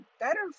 better